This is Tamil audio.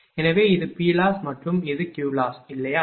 எனவே இது PLoss மற்றும் இது QLoss இல்லையா